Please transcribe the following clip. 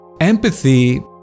empathy